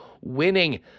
winning